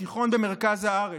בתיכון במרכז הארץ,